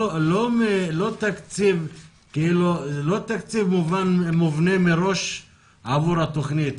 לא תקציב מובנה מראש עבור התוכנית.